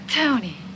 Tony